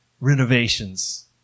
renovations